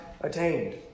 attained